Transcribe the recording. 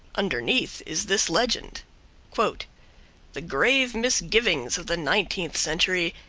underneath is this legend the grave misgivings of the nineteenth century,